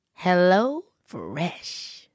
HelloFresh